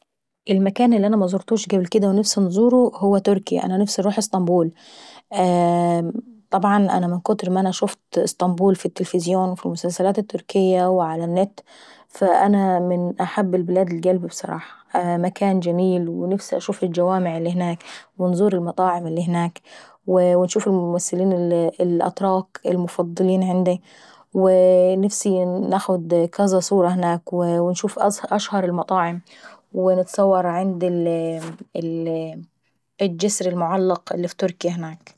المكان اللي مزورتهوش قبل اكديه ونفسي نزوره هو تركيا. انا نفسي انوزر إسطنبول، طبعا انا من كتر ما انا شوفت إسطنبول في التلفزيون وفي المسلسلات التركية وع النت فانا من احب البلاد لقلبي بصراحة. اه مكان جميل ونفسي انشوف الجوامع اللي هناك، ومزور المطاعم اللي اهناك، وي ونشوف الممثلين الاتراك المفضلين عيندي، وو نفسي نناخد كذا صورة هناك ونور المطاعم ونفسي نتصور عند الجسر المعلق اللي في تركيا.